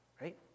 right